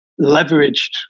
leveraged